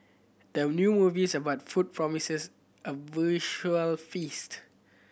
the new movies about food promises a visual feast